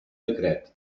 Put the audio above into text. decret